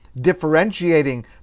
differentiating